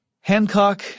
Hancock